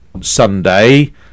Sunday